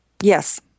Yes